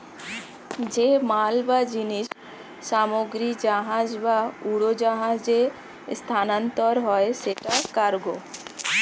যে মাল বা জিনিস সামগ্রী জাহাজ বা উড়োজাহাজে স্থানান্তর হয় সেটা কার্গো